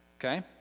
okay